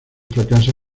fracasa